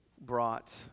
brought